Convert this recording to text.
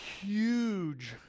huge